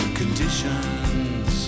conditions